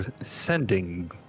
sending